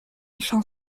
chant